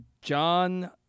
John